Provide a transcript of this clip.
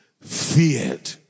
feared